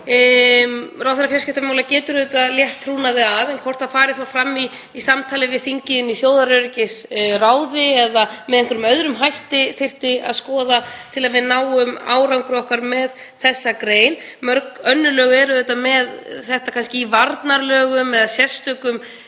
Ráðherra fjarskiptamála getur auðvitað létt af trúnaði en hvort það fari þá fram í samtali við þingið inn í þjóðaröryggisráði eða með einhverjum öðrum hætti þyrfti að skoða til að við náum árangri okkar með þessa grein. Mörg önnur lönd eru kannski með þetta í varnarlögum eða sérstökum